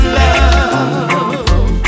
love